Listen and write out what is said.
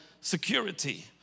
security